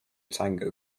tango